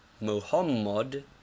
muhammad